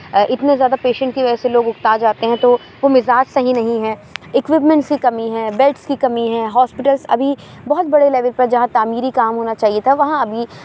اتنے زیادہ پیشینٹس کی وجہ سے لوگ اکتا جاتے ہیں تو وہ مزاج صحیح نہیں ہے اکوپمنٹس کی کمی ہے بیڈس کی کمی ہے ہاسپٹلس ابھی بہت بڑے لیول پر جہاں تعمیری کام ہونا چاہیے تھا وہاں ابھی